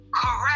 Correct